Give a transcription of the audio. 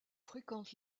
fréquente